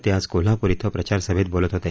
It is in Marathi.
ते आज कोल्हापूर इथं प्रचार सभेत बोलत होते